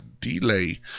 delay